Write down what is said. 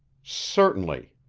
certainly,